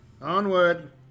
Onward